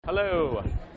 Hello